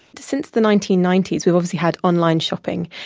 since the nineteen ninety s we've obviously had online shopping,